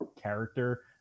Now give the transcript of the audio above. character